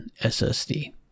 SSD